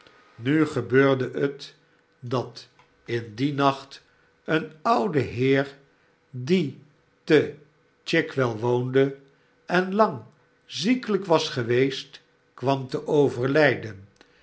nu gebeurde het dat in dien nacht een oude heer die te c h i g w e woonde en lang ziekelijk was geweest kwam te overlijden